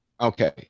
okay